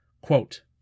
quote